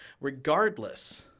regardless